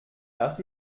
das